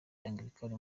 angilikani